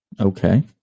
okay